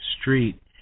street